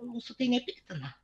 mūsų tai nepiktina